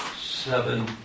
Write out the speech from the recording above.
Seven